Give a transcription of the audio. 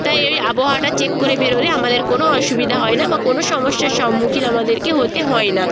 তাই ওই আবহাওয়াটা চেক করে বেরোলে আমাদের কোনো অসুবিধা হয় না বা কোনো সমস্যার সম্মুখীন আমাদেরকে হতে হয় না